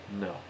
No